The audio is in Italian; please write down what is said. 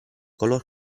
color